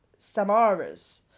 samaras